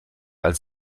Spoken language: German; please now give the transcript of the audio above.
als